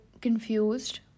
confused